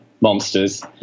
monsters